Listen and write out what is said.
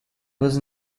was